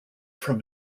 from